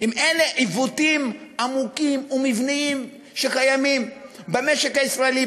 אלה עיוותים עמוקים ומבניים שקיימים במשק הישראלי,